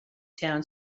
town